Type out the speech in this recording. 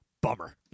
bummer